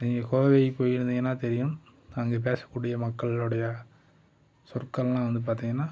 நீங்கள் கோவை போயிருந்திங்கனா தெரியும் அங்கே பேசக்கூடிய மக்களுடைய சொற்கள்லாம் வந்து பார்த்திங்கனா